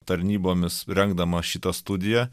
tarnybomis rengdamas šitą studiją